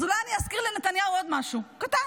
אז אולי אני אזכיר לנתניהו עוד משהו קטן.